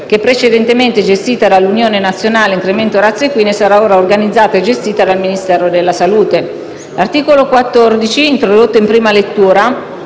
precedentemente gestita dall'Unione nazionale incremento razze equine, sarà ora organizzata e gestita dal Ministero della salute. L'articolo 14, introdotto in prima lettura